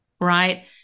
right